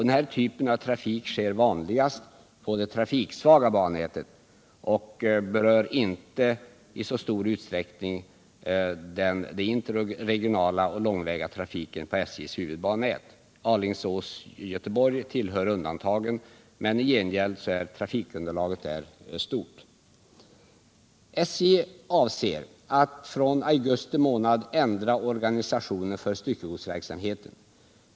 Den typen av trafik sker vanligast på det trafiksvaga bannätet och berör inte i särskilt stor utsträckning den interregionala och den långväga trafiken på SJ:s huvudbanenät. Sträckan Alingsås-Göteborg tillhör undantagen, men i gengäld är trafikunderlaget där stort. SJ avser att från augusti månad ändra organisationen för styckegodsverksamheten.